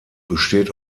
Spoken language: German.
besteht